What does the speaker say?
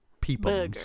people